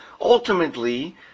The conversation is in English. ultimately